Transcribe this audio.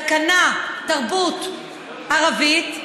תקנה לתרבות ערבית,